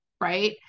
right